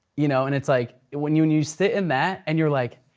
you know and it's like when you and you sit in that, and you're like,